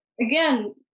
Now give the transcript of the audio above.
again